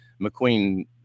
McQueen